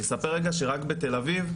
אני אספר רגע שרק בתל אביב,